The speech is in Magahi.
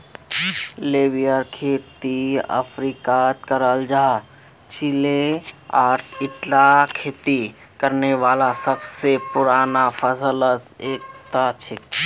लोबियार खेती अफ्रीकात कराल जा छिले आर ईटा खेती करने वाला सब स पुराना फसलत स एकता छिके